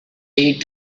eight